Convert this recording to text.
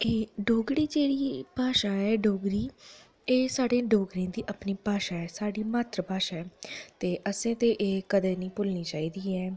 एह् डोगरी जेह्ड़ी भाशा ऐ डोगरी एह् साढ़े डोगरें दी अपनी भाशा ऐ साढ़ी मात्तर भाशा ऐ ते असें ते एह् कदें नेई भुलनी चाहिदी ऐ